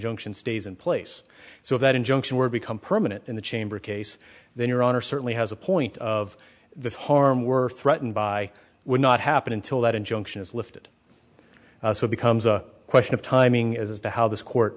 injunction stays in place so that injunction were become permanent in the chamber case then your honor certainly has a point of the harm were threatened by would not happen until that injunction is lifted so it becomes a question of timing as to how this court